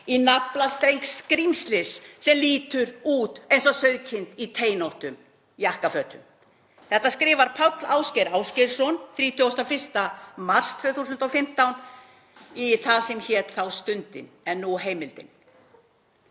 í naflastreng skrímslis sem lítur samt út eins og sauðkind í teinóttum jakkafötum.“ Þetta skrifar Páll Ásgeir Ásgeirsson 31. mars 2015 í það sem hét þá Stundin en nú Heimildin.